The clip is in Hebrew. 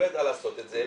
לא ידעה לעשות את זה,